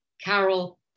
Carol